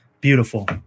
beautiful